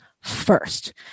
first